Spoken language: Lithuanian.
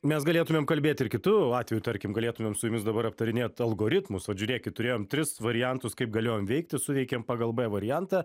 mes galėtumėm kalbėt ir kitu atveju tarkim galėtumėm su jumis dabar aptarinėt algoritmus vat žiūrėkit turėjom tris variantus kaip galėjom veikti suveikėm pagal b variantą